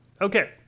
Okay